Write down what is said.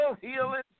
healing